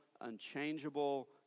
unchangeable